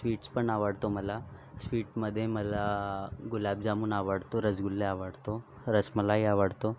sweets पण आवडतो मला स्वीटमध्ये मला गुलाबजामुन आवडतो रसगुल्ले आवडतो रसमलाई आवडतो